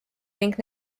ning